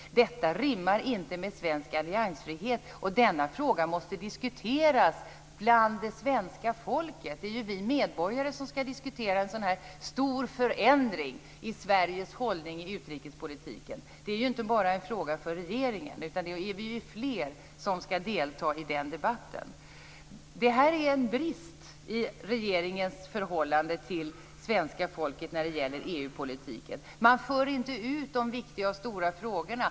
Detta rimmar inte med svensk alliansfrihet, och denna fråga måste diskuteras bland det svenska folket. Det är ju vi medborgare som skall diskutera en sådan här stor förändring i Sveriges hållning i utrikespolitiken. Det är ju inte bara en fråga för regeringen, utan vi är fler som skall delta i den debatten. Detta är en brist i regeringens förhållande till svenska folket när det gäller EU-politiken. Regeringen för inte ut de viktiga och stora frågorna.